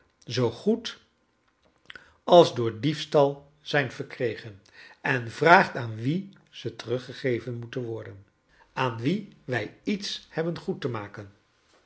zoo goed als charles dickens door diefstal zijn verkregen en vraagt aan wien ze teruggegeven moeten worden aan wien wij iets hebben goed te maken